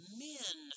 men